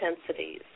intensities